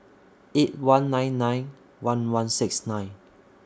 eight one nine nine one one six nine